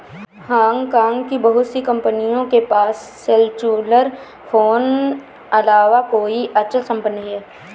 Hong Kong की बहुत सी कंपनियों के पास सेल्युलर फोन अलावा कोई अचल संपत्ति नहीं है